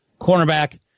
cornerback